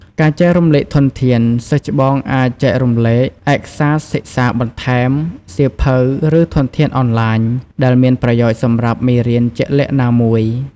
ការចែករំលែកធនធាន សិស្សច្បងអាចចែករំលែក ឯកសារសិក្សាបន្ថែម សៀវភៅ ឬធនធានអនឡាញ ដែលមានប្រយោជន៍សម្រាប់មេរៀនជាក់លាក់ណាមួយ។